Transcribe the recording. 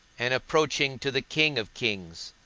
an approaching to the king of kings,